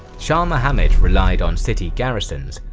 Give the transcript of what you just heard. shah muhammad relied on city garrisons,